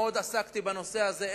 עסקתי הרבה מאוד בנושא הזה,